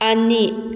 ꯑꯅꯤ